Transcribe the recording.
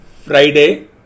friday